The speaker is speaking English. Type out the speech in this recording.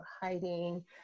hiding